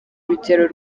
urugero